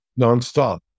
nonstop